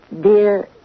Dear